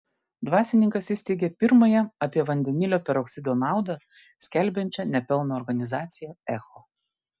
dvasininkas įsteigė pirmąją apie vandenilio peroksido naudą skelbiančią ne pelno organizaciją echo